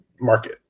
market